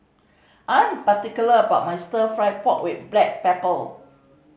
I'm particular about my Stir Fry pork with black pepper